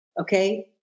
Okay